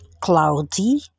cloudy